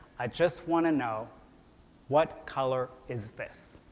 i just want to know what color is this.